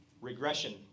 regression